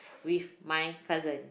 with my cousin